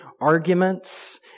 arguments